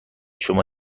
شما